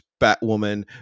Batwoman